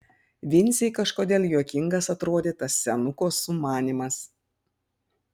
vincei kažkodėl juokingas atrodė tas senuko sumanymas